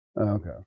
Okay